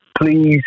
please